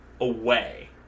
away